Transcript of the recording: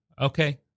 Okay